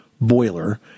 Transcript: boiler